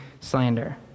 slander